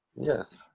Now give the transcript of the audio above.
yes